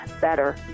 better